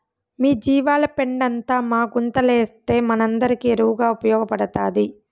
మీ జీవాల పెండంతా మా గుంతలేస్తే మనందరికీ ఎరువుగా ఉపయోగపడతాది